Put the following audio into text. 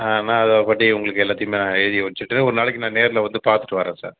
நான் இதை பற்றி உங்களுக்கு எல்லாத்தையும் எழுதி அனுப்ச்சிட்டு ஒரு நாளைக்கு நான் நேரில் வந்து பார்த்துட்டு வரேன் சார்